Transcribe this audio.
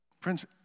Friends